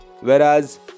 Whereas